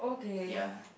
ya